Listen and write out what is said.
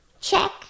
Check